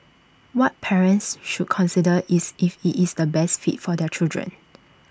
what parents should consider is if IT is the best fit for their children